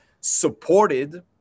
supported